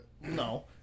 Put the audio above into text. No